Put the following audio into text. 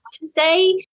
wednesday